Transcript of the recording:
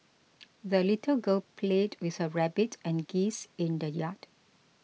the little girl played with her rabbit and geese in the yard